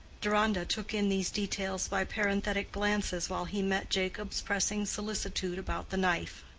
deronda took in these details by parenthetic glances while he met jacob's pressing solicitude about the knife.